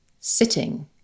sitting